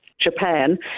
Japan